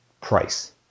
Price